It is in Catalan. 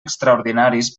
extraordinaris